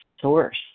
source